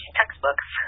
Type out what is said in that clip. textbooks